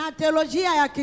theology